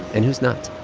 and who's not.